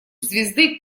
звезды